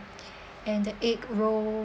and the egg rolls